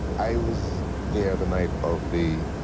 i was there, the night of the.